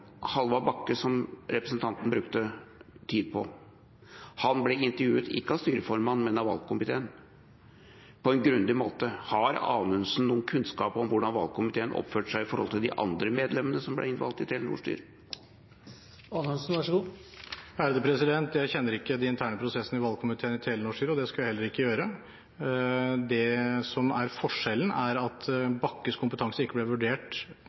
Bakke, som representanten brukte tid på. Han ble intervjuet – ikke av styreformannen, men av valgkomiteen – på en grundig måte. Har Anundsen noen kunnskap om hvordan valgkomiteen oppførte seg overfor de andre medlemmene som ble valgt inn i Telenor-styret? Jeg kjenner ikke de interne prosessene i valgkomiteen i Telenor-styret, og det skal jeg heller ikke gjøre. Det som er forskjellen, er at Bakkes kompetanse ikke ble vurdert